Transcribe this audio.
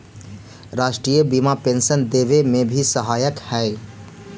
राष्ट्रीय बीमा पेंशन देवे में भी सहायक हई